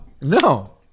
No